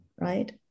right